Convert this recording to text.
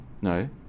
No